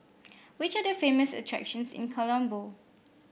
which are the famous attractions in Colombo